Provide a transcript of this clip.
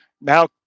Now